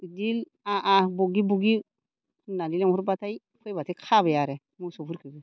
बिदि आ आ ब'गि ब'गि होन्नानै लेंहरबाथाय फैबाथाय खाबाय मोसौफोरखौबो